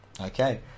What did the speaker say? Okay